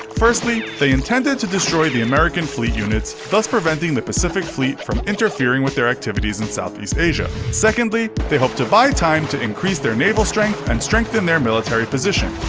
firstly, they intended to destroy the american fleet units, thus preventing the pacific fleet from interfering with their activities in south east asia. secondly, they hoped to buy time to increase their naval strength and strengthen their military position.